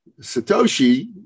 Satoshi